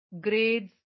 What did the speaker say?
grades